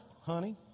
honey